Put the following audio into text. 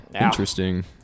interesting